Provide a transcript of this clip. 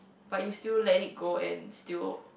but you still let it go and still